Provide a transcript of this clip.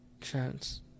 chance